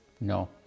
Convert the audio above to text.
No